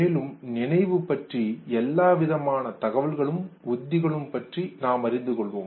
மேலும் நினைவு பற்றி எல்லா விதமான தகவல்களும் உத்திகள் பற்றியும் நாம் அறிந்துகொள்வோம்